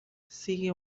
sigue